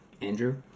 Andrew